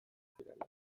zirenak